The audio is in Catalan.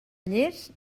lles